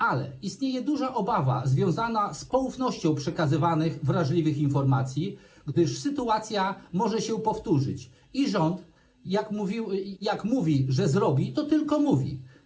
Ale istnieje duża obawa związana z poufnością przekazywanych wrażliwych informacji, gdyż sytuacja może się powtórzyć - i rząd, jak mówi, że zrobi, to tylko mówi.